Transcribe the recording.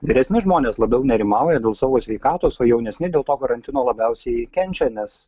vyresni žmonės labiau nerimauja dėl savo sveikatos o jaunesni dėl to karantino labiausiai kenčia nes